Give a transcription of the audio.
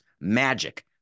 Magic